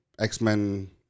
X-Men